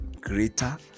greater